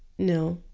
no.